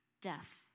death